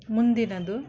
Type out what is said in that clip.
ಮುಂದಿನದು